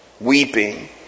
Weeping